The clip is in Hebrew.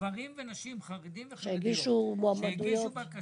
גברים ונשים חרדים וחרדיות, שהגישו בקשה